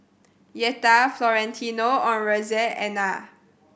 Yetta Florentino on Roseanna